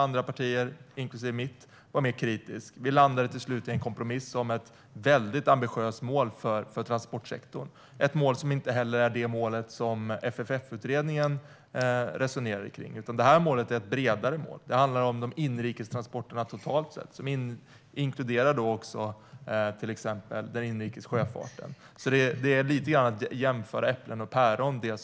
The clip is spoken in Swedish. Andra partier, inklusive mitt, var mer kritiska. Vi landade till slut i en kompromiss om ett väldigt ambitiöst mål för transportsektorn. Det är inte det mål som FFF-utredningen resonerade kring, utan ett bredare mål. Det handlar om inrikestransporterna totalt sett, som också inkluderar till exempel den inrikes sjöfarten. Det som Jens Holm gör är lite grann att jämföra äpplen och päron.